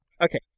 Okay